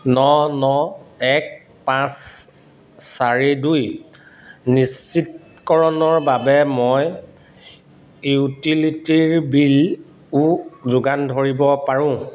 ন ন এক পাঁচ চাৰি দুই নিশ্চিতকৰণৰ বাবে মই ইউটিলিটি বিলো যোগান ধৰিব পাৰোঁ